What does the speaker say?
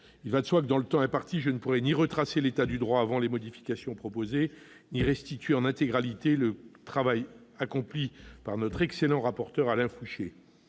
Il va de soi que, dans le temps qui m'est imparti, je ne pourrai ni retracer l'état du droit avant les modifications proposées ni restituer en intégralité le travail accompli par notre excellent rapporteur Alain Fouché.